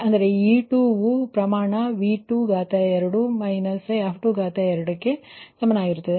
ಅಂದರೆ e2 ವು ಪ್ರಮಾಣ 2−2 ಸಮನಾಗಿರುತ್ತದೆ